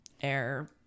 air